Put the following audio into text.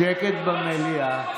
שקט במליאה.